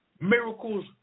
miracles